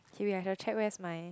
k wait I shall check where's my